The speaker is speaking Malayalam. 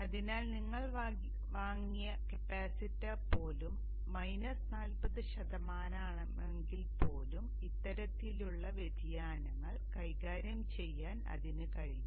അതിനാൽ നിങ്ങൾ വാങ്ങിയ കപ്പാസിറ്റർ പോലും മൈനസ് നാൽപ്പത് ശതമാനമാണെങ്കിൽ പോലും ഇത്തരത്തിലുള്ള വ്യതിയാനങ്ങൾ കൈകാര്യം ചെയ്യാൻ അതിന് കഴിയും